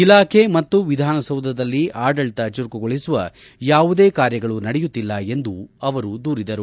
ಇಲಾಖೆ ಮತ್ತು ವಿಧಾನಸೌಧದಲ್ಲಿ ಆಡಳಿತ ಚುರುಕುಗೊಳಿಸುವ ಯಾವುದೇ ಕಾರ್ಯಗಳು ನಡೆಯುತ್ತಿಲ್ಲ ಎಂದು ಅವರು ದೂರಿದರು